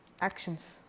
actions